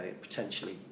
potentially